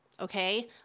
okay